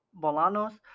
Bolanos